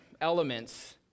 elements